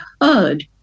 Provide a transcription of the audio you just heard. heard